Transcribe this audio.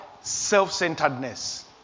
self-centeredness